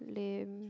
lame